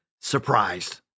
surprised